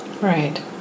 Right